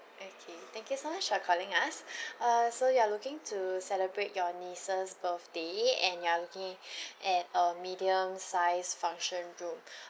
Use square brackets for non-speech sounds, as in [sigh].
okay thank you so much for calling us [breath] uh so you are looking to celebrate your niece's birthday and you are looking [breath] at a medium sized function room [breath]